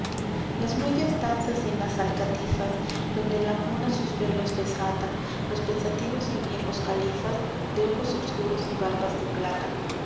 las muelles danzas en las alcatifas donde la mora sus velos desata los pensativos y viejos kalifas de ojos obscuros y barbas de plata